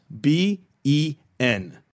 B-E-N